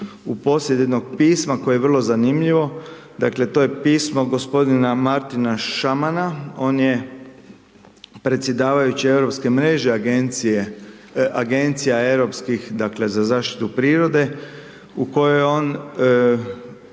u posjed jednog pisma koje je vrlo zanimljivo, dakle to je pismo gospodina Martina Šamana, on je predsjedavajući europske mreže agencija europskih za zaštitu prirode u kojoj on